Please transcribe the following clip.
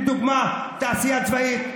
לדוגמה תעשייה צבאית.